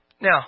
Now